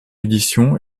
édition